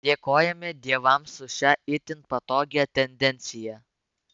dėkojame dievams už šią itin patogią tendenciją